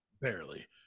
barely